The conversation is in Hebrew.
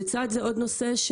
לצד זה עוד נושא,